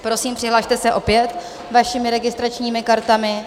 Prosím, přihlaste se opět vašimi registračními kartami.